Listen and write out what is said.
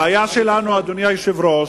הבעיה שלנו, אדוני היושב-ראש,